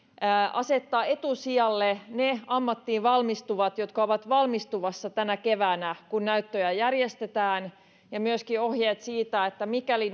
asettaa etusijalle ne ammattiin valmistuvat jotka ovat valmistumassa tänä keväänä kun näyttöjä järjestetään ja myöskin ohjeet siitä että mikäli